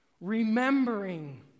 remembering